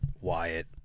Wyatt